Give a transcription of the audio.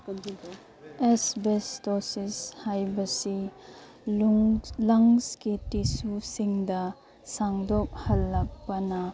asbestosis ꯍꯥꯏꯕꯁꯤ ꯂꯪꯁꯀꯤ ꯇꯤꯁꯨꯁꯤꯡꯗ ꯁꯥꯡꯗꯣꯛꯍꯜꯂꯛꯄꯅ